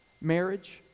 Marriage